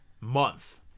month